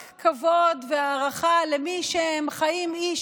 יש לי רק כבוד והערכה למי שחיים כאיש